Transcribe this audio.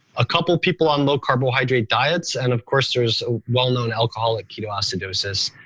a couple of people on low carbohydrate diets and of course there's well known alcoholic ketoacidosis.